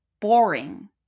boring